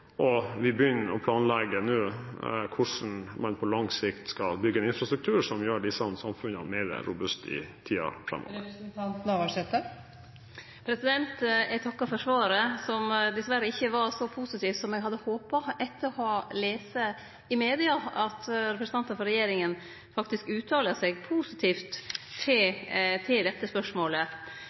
Vi begynner nå å planlegge hvordan man på lang sikt skal bygge en infrastruktur som gjør disse samfunnene mer robuste i tiden framover. Eg takkar for svaret, som dessverre ikkje var så positivt som eg hadde håpa – etter å ha lese i media at representantar for regjeringa faktisk uttaler seg positivt i dette spørsmålet.